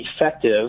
effective